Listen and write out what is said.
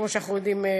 כמו שאנחנו יודעים,